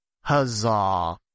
huzzah